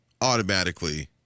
automatically